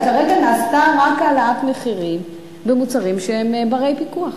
אבל כרגע נעשתה רק העלאת מחירים במוצרים שהם בפיקוח.